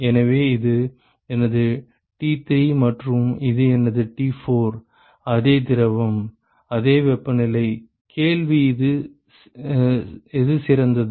எனவே இது எனது T3 மற்றும் இது எனது T4 அதே திரவம் அதே வெப்பநிலை கேள்வி எது சிறந்தது